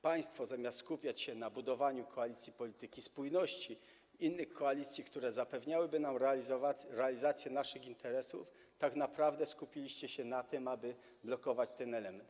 Państwo zamiast skupiać się na budowaniu koalicji polityki spójności, innych koalicji, które zapewniałyby nam realizację naszych interesów, tak naprawdę skupiliście się na tym, aby blokować ten element.